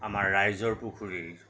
আমাৰ ৰাইজৰ পুখুৰীৰ